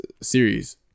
series